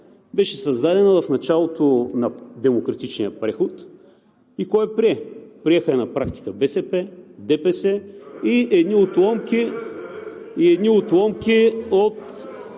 Беше създадена в началото на демократичния преход. Кой я прие? Приеха я на практика БСП, ДПС и едни отломки от…